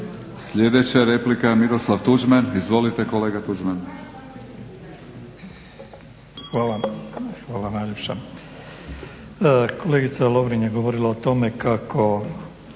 Sljedeća replika, Miroslav Tuđman. Izvolite kolega Tuđman. **Tuđman, Miroslav (HDZ)** Hvala najljepša. Kolegica Lovrin je govorila o tome kako